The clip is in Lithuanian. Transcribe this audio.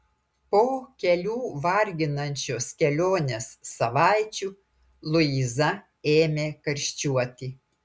po kelių varginančios kelionės savaičių luiza ėmė karščiuoti